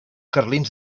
carlins